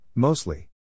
Mostly